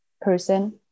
person